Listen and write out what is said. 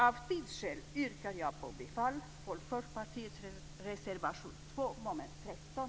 Av tidsskäl yrkar jag bifall endast till Folkpartiets reservation 2 under mom. 13.